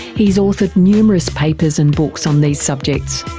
he's authored numerous papers and books on these subjects.